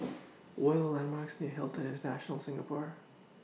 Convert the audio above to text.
What Are The landmarks near Hilton International Singapore